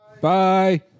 Bye